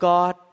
God